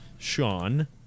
Sean